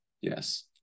yes